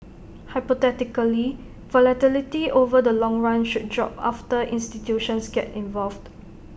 hypothetically volatility over the long run should drop after institutions get involved